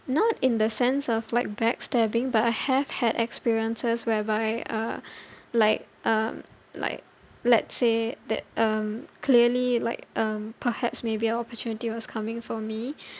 not in the sense of like backstabbing but I have had experiences whereby uh like um like let's say that um clearly like um perhaps maybe a opportunity was coming for me